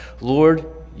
Lord